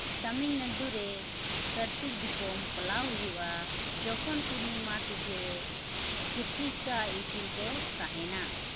ᱛᱟᱢᱤᱞᱱᱟᱰᱩᱨᱮ ᱠᱟᱨᱛᱤᱠ ᱫᱤᱯᱳᱢ ᱯᱟᱞᱟᱣ ᱦᱩᱭᱩᱜᱼᱟ ᱡᱚᱠᱷᱚᱱ ᱯᱩᱨᱱᱤᱢᱟ ᱛᱤᱛᱷᱤᱨᱮ ᱠᱤᱨᱛᱤᱠᱟ ᱤᱯᱤᱞᱠᱚ ᱛᱟᱦᱮᱱᱟ